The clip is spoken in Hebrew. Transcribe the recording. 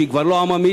שהיא כבר לא עממית,